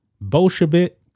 Bolshevik